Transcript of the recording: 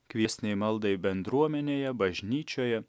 kviestinei maldai bendruomenėje bažnyčioje